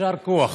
יישר כוח.